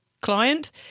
client